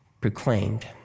proclaimed